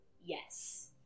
Yes